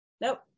nope